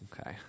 Okay